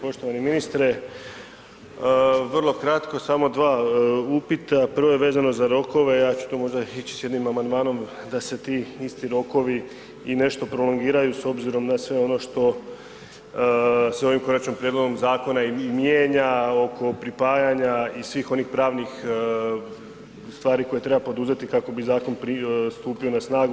Poštovani ministre, vrlo kratko, samo dva upita, prvo je vezano za rokove, ja ću to možda ići s jednim amandmanom da se ti isti rokovi i nešto prolongiraju s obzirom na sve ono što se ovim konačnim prijedlogom zakona i mijenja, oko pripajanja i svih onih pravnih stvari koje treba poduzeti kako bi zakon stupio na snagu.